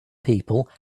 people